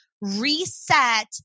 reset